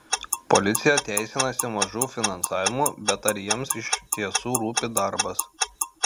policija teisinasi mažu finansavimu bet ar jiems iš tiesų rūpi darbas